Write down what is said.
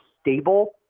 stable